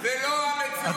16, 16 יש לכם.